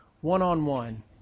one-on-one